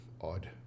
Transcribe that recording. odd